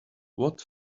what